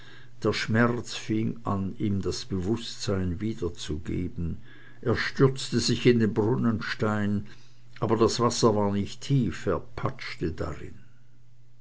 der schmerz fing an ihm das bewußtsein wiederzugeben er stürzte sich in den brunnenstein aber das wasser war nicht tief er patschte darin